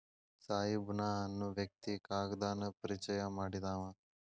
ತ್ಸಾಯಿ ಬುನಾ ಅನ್ನು ವ್ಯಕ್ತಿ ಕಾಗದಾನ ಪರಿಚಯಾ ಮಾಡಿದಾವ